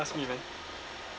ask me man